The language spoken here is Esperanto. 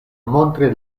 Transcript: montri